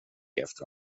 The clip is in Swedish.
efter